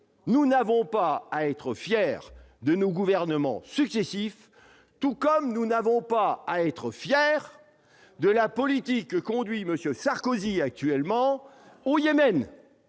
nous n'avons pas à être fiers de nos gouvernements successifs tout comme nous n'avons pas à être fiers de la politique que conduit Monsieur Sarkozy actuellement au Yémen,